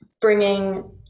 bringing